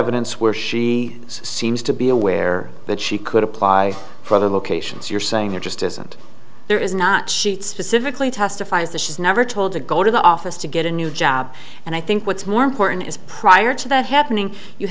evidence where she seems to be aware that she could apply for other locations you're saying there just isn't there is not sheet specifically testifies that she's never told to go to the office to get a new job and i think what's more important is prior to that happening you